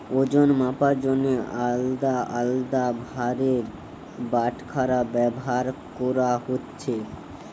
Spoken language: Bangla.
ওজন মাপার জন্যে আলদা আলদা ভারের বাটখারা ব্যাভার কোরা হচ্ছে